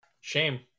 Shame